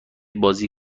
بازی